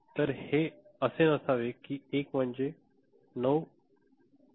तर हे असे नसावे कि 1 म्हणजे 9